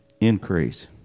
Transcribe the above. Increase